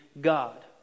God